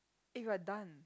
eh we're done